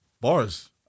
Bars